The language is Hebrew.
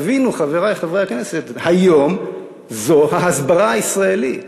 הבינו, חברי חברי הכנסת, היום זו ההסברה הישראלית.